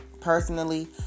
personally